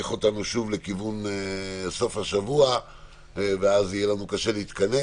אותנו שוב לכיוון סוף השבוע ואז יהיה קשה לנו להתכנס.